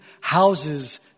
houses